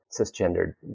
cisgendered